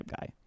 guy